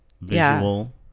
visual